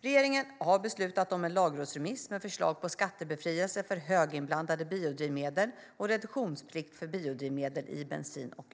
Regeringen har beslutat om en lagrådsremiss med förslag på skattebefrielse för höginblandade biodrivmedel och reduktionsplikt för biodrivmedel i bensin och